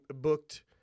booked